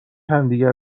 همدیگه